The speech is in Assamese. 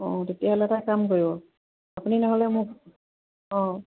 অঁ তেতিয়াহ'লে এটা কাম কৰিব আপুনি নহ'লে মোক অঁ